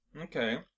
Okay